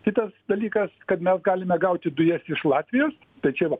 kitas dalykas kad mes galime gauti dujas iš latvijos tai čia va